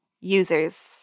users